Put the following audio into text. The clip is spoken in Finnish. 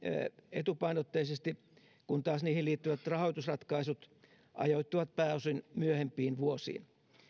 etupainotteisesti kun taas niihin liittyvät rahoitusratkaisut ajoittuvat pääosin myöhempiin vuosiin